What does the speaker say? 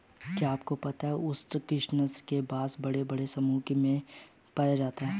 क्या आपको पता है उष्ण कटिबंध में बाँस बड़े बड़े समूहों में पाया जाता है?